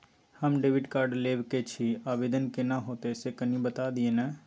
हम debit card लेब के छि, आवेदन केना होतै से कनी बता दिय न?